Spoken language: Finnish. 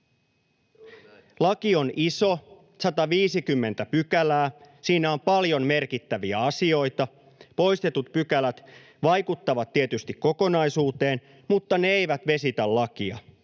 Laki on iso, 150 pykälää, siinä on paljon merkittäviä asioita. Poistetut pykälät vaikuttavat tietysti kokonaisuuteen, mutta ne eivät vesitä lakia,